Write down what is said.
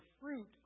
fruit